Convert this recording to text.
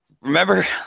remember